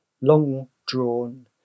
long-drawn